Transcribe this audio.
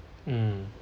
mm